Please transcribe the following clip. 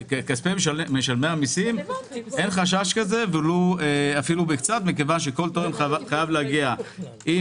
מכספי משלם המיסים אין חשש כזה כי כל תורם חייב להגיע עם